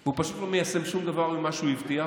הוא פשוט לא מיישם שום דבר ממה שהוא הבטיח,